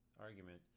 argument